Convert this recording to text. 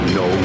no